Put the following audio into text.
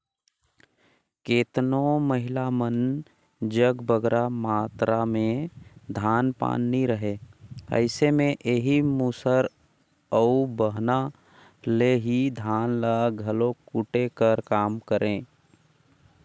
केतनो महिला मन जग बगरा मातरा में धान पान नी रहें अइसे में एही मूसर अउ बहना ले ही धान ल घलो कूटे कर काम करें